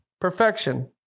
Perfection